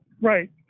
Right